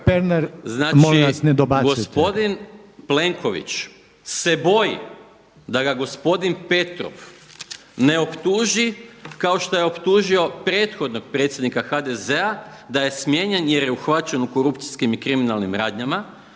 Znači gospodin Plenković se boji da ga gospodin Petrov ne optuži kao što je optužio prethodnog predsjednika HDZ-a da je smijenjen jer je uhvaćen u korupcijskim i kriminalnim radnjama